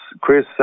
Chris